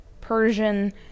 persian